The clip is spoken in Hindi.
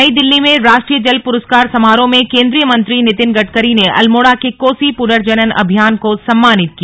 नई दिल्ली में राष्ट्रीय जल प्रस्कार समारोह में केंद्रीय मंत्री नितिन गडकरी ने अल्मोड़ा के कोसी पुनर्जनन अभियान को सम्मानित किया